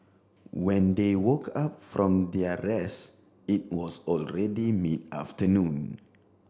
when they woke up from their rest it was already mid afternoon